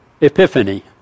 epiphany